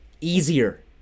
easier